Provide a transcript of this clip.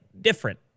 different